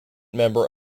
member